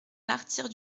martyrs